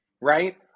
right